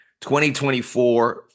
2024